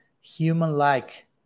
human-like